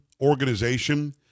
organization